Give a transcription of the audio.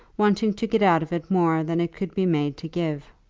wanting to get out of it more than it could be made to give.